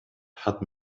hat